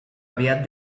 aviat